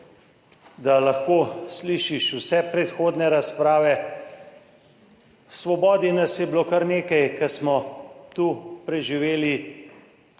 da lahko slišiš vse predhodne razprave. V Svobodi nas je kar nekaj, ki smo tu preživeli